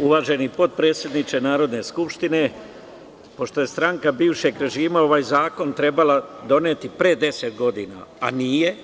Uvaženi potpredsedniče Narodne skupštine, pošto je stranka bivšeg režima ovaj zakon trebala doneti pre deset godina, a nije,